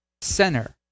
center